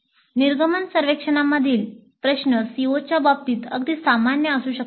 निर्गमन सर्वेक्षणामधील प्रश्न CO च्या बाबतीत अगदी सामान्य असू शकतात